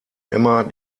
immer